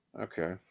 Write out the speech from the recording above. Okay